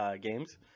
games